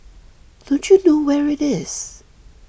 don't you know where it is